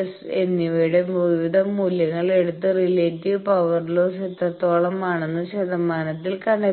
S എന്നിവയുടെ വിവിധ മൂല്യങ്ങൾ എടുത്ത് റിലേറ്റീവ് പവർ ലോസ് എത്രത്തോളം ആണെന്ന് ശതമാനത്തിൽ കണ്ടെത്തി